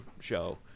show